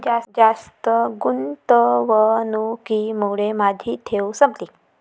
जास्त गुंतवणुकीमुळे माझी ठेव संपली